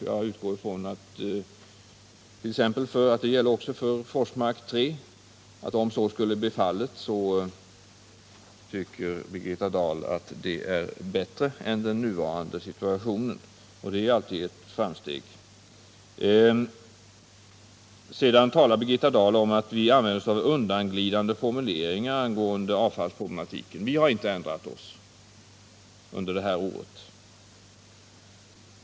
Jag utgår ifrån att om så skulle bli fallet när det gäller t.ex. Forsmark 3 tycker alltså Birgitta Dahl att det är bättre än den nuvarande situationen, och det kan ses som ett framsteg. Sedan talar Birgitta Dahl om att vi använder undanglidande formuleringar angående avfallsproblemen. Vi har inte ändrat oss under det här året.